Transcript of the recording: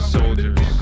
soldiers